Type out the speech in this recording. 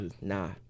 nah